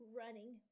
running